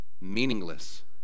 meaningless